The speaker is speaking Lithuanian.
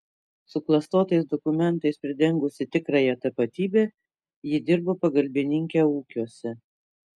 suklastotais dokumentais pridengusi tikrąją tapatybę ji dirbo pagalbininke ūkiuose